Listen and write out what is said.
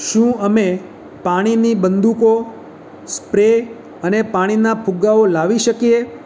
શું અમે પાણીની બંદૂકો સ્પ્રે અને પાણીના ફુગ્ગાઓ લાવી શકીએ